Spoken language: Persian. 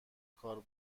کار